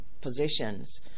positions